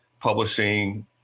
publishing